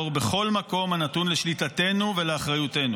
בכל מקום הנתון לשליטתנו ולאחריותנו.